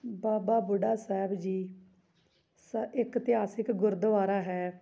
ਬਾਬਾ ਬੁੱਢਾ ਸਾਹਿਬ ਜੀ ਸ ਇੱਕ ਇਤਿਹਾਸਿਕ ਗੁਰਦੁਆਰਾ ਹੈ